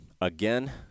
Again